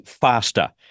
faster